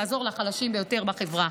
כדי לעזור לחלשים ביותר בחברה.